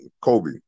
Kobe